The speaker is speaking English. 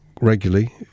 regularly